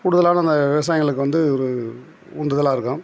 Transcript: கூடுதலான அந்த விவசாயங்களுக்கு வந்து ஒரு உந்துதலாக இருக்கும்